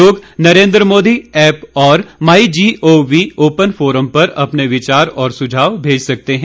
लोग नरेन्द्र मोदी ऐप और my G O V open forum पर अपने विचार और सुझाव भेज सकते हैं